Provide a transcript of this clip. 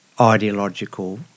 ideological